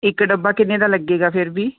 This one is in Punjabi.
ਇੱਕ ਡੱਬਾ ਕਿੰਨੇ ਦਾ ਲੱਗੇਗਾ ਫਿਰ ਵੀ